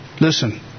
Listen